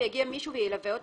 יגיע מישהו וילווה אותו.